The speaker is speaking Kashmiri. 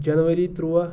جنؤری تُرٛواہ